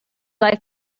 like